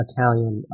Italian